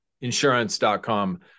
insurance.com